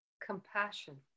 compassion